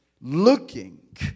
looking